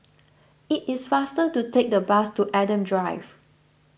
it is faster to take the bus to Adam Drive